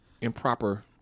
improper